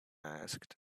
asked